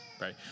right